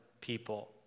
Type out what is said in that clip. people